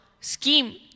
scheme